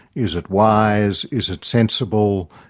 is it wise, is it sensible,